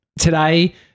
today